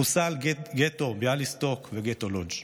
חוסלו גטו ביאליסטוק וגטו לודג',